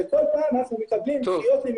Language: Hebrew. וכל פעם אנחנו מקבלים תירוצים